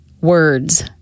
words